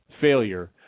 failure